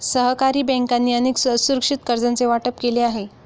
सरकारी बँकांनी अनेक असुरक्षित कर्जांचे वाटप केले आहे